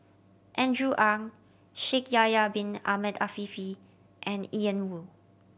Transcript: Andrew Ang Shaikh Yahya Bin Ahmed Afifi and Ian Woo